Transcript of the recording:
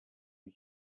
you